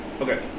Okay